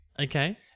Okay